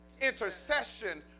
intercession